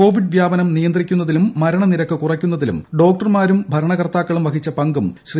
Covid വ്യാപനം നിയന്ത്രിക്കുന്നതിലും മരണനിരക്ക് കുറയ്ക്കുന്നതിലും ഡോക്ടർമാരും ഭരണകർത്താക്കളും വഹിച്ച പങ്കും ശ്രീ